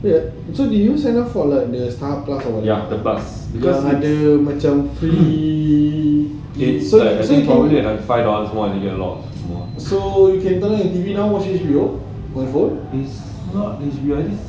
so did you sign up for the starhub plus ada macam free so you can watch on your phone